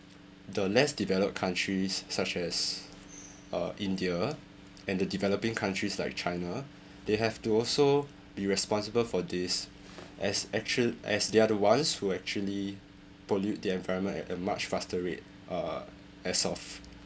the less developed countries such as uh india and the developing countries like china they have to also be responsible for this as actual as they are the ones who actually pollute the environment at a much faster rate uh as of